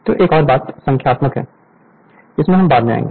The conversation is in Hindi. तो एक और बात संख्यात्मक है इसमें हम बाद में आएंगे